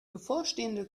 bevorstehende